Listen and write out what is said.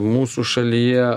mūsų šalyje